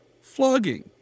flogging